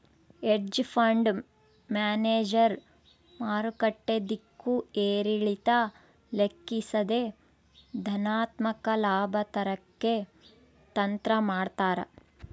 hedge fund manager ಮಾರುಕಟ್ಟೆ ದಿಕ್ಕು ಏರಿಳಿತ ಲೆಕ್ಕಿಸದೆ ಧನಾತ್ಮಕ ಲಾಭ ತರಕ್ಕೆ ತಂತ್ರ ಮಾಡ್ತಾರ